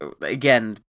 again